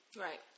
right